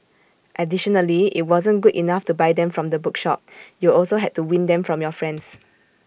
additionally IT wasn't good enough to buy them from the bookshop you also had to win them from your friends